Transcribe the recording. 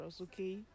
okay